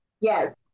Yes